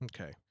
Okay